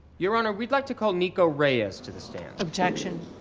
your honor, we'd like to call nico reyes to the stand. objection.